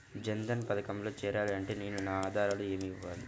జన్ధన్ పథకంలో చేరాలి అంటే నేను నా ఆధారాలు ఏమి ఇవ్వాలి?